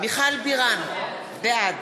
מיכל בירן, בעד